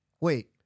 Wait